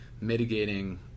mitigating